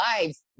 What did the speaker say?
lives